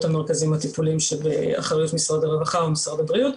המרכזים הטיפוליים שבאחיות משרד הרווחה ומשרד הבריאות,